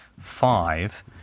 five